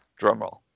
drumroll